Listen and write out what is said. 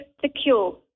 secure